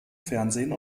fernsehen